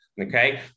okay